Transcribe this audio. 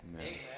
Amen